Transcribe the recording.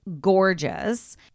gorgeous